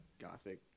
gothic